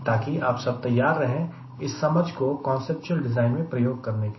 ताकि आप सब तैयार रहें इस समझ को कांसेप्चुअल डिज़ाइन मैं प्रयोग करने के लिए